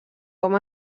com